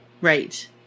Right